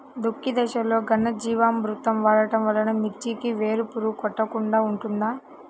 దుక్కి దశలో ఘనజీవామృతం వాడటం వలన మిర్చికి వేలు పురుగు కొట్టకుండా ఉంటుంది?